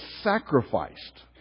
sacrificed